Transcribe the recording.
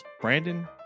Brandon